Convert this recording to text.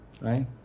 Right